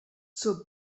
zur